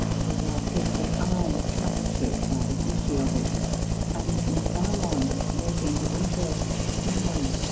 his artistic eye captured by the beauty of it and miss valmond, noting his interest, smiled.